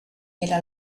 era